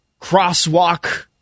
crosswalk